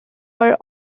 were